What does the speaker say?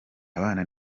abana